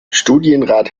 studienrat